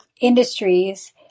industries